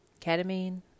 ketamine